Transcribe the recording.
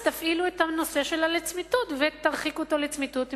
תפעילו את ה"לצמיתות" ותרחיקו אותו לצמיתות,